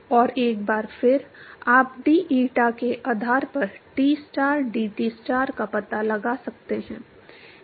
और एक बार फिर आप डेटा के आधार पर Tstar dTstar का पता लगा सकते हैं